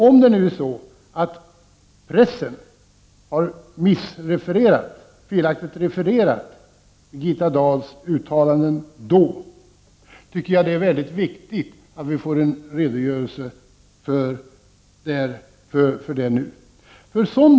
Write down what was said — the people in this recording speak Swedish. Om det nu är så att pressen har felaktigt refererat Birgitta Dahls uttalanden då, är det mycket viktigt att vi får en redogörelse för det nu.